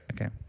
Okay